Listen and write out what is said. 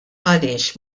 għaliex